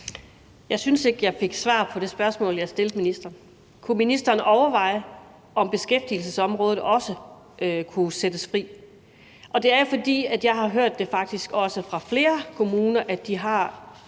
Jeg synes ikke, at jeg fik svar på det spørgsmål, jeg stillede ministeren. Kunne ministeren overveje, om beskæftigelsesområdet også kunne sættes fri? Det er jo, fordi jeg faktisk også har hørt det fra flere kommuner, nemlig at de har